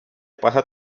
pasa